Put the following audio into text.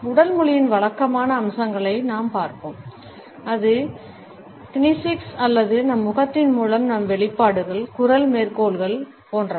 உடல் மொழியின் வழக்கமான அம்சங்களை நாம் பார்ப்போம் அது கினீசிக்ஸ் அல்லது நம் முகத்தின் மூலம் நம் வெளிப்பாடுகள் குரல் மேற்கோள்கள் போன்றவை